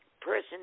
person